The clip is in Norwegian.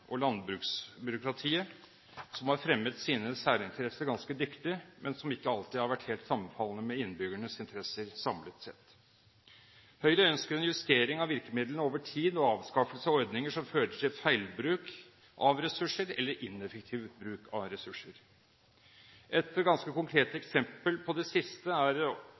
og landbruksbyråkratiet, som har fremmet sine særinteresser ganske dyktig, men som ikke alltid har vært helt sammenfallende med innbyggernes interesser samlet sett. Høyre ønsker en justering av virkemidlene over tid og avskaffelse av ordninger som fører til feilbruk av ressurser eller ineffektiv bruk av ressurser. Et ganske konkret eksempel på det siste er